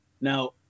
Now